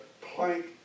plank